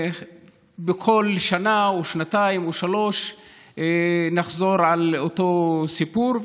כשבכל שנה או שנתיים או שלוש נחזור על אותו סיפור.